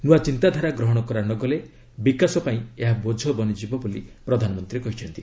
ନ୍ତଆ ଚିନ୍ତାଧାରା ଗ୍ରହଣ କରା ନ ଗଲେ ବିକାଶ ପାଇଁ ଏହା ବୋଝ ବନିଯିବ ବୋଲି ପ୍ରଧାନମନ୍ତ୍ରୀ କହିଛନ୍ତି